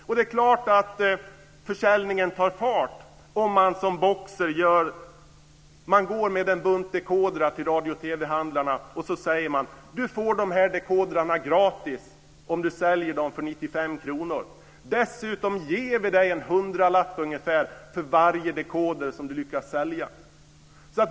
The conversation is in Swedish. Och det är klart att försäljningen tar fart om man som Boxer gör, går med en bunt dekodrar till radio och TV-handlarna och säger: Du får de här dekodrarna gratis om du säljer dem för 95 kr. Dessutom ger vi dig en hundralapp ungefär för varje dekoder som du lyckas sälja.